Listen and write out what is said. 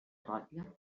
rotlle